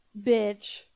bitch